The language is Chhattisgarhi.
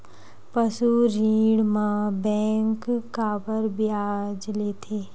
पशु ऋण म बैंक काबर ब्याज लेथे?